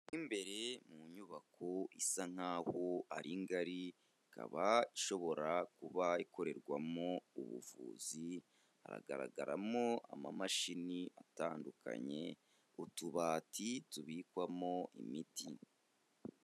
Imbere mu nyubako isa nkaho ari ngari, ikaba ishobora kuba ikorerwamo ubuvuzi, hagaragaramo amamashini atandukanye, utubati tubikwamo imiti.